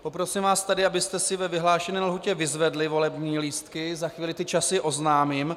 Poprosím vás tedy, abyste si ve vyhlášené lhůtě vyzvedli volební lístky, za chvíli ty časy oznámím.